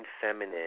feminine